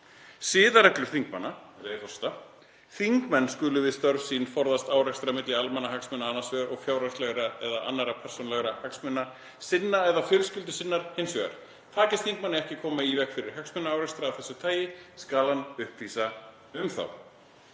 með leyfi forseta: „Þingmenn skulu við störf sín forðast árekstra milli almannahagsmuna annars vegar og fjárhagslegra eða annarra persónulegra hagsmuna sinna eða fjölskyldu sinnar hins vegar. Takist þingmanni ekki að koma í veg fyrir hagsmunaárekstra af þessu tagi skal hann upplýsa um þá.“